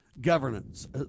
governance